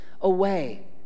away